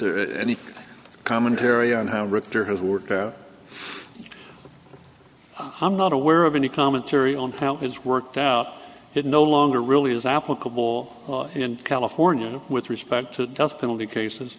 there any commentary on how richter has worked and i'm not aware of any commentary on how it's worked out it no longer really is applicable in california with respect to death penalty cases